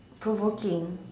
provoking